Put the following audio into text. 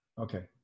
Okay